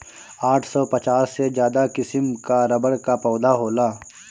आठ सौ पचास से ज्यादा किसिम कअ रबड़ कअ पौधा होला